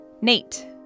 Nate